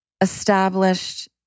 established